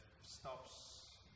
stops